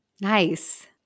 Nice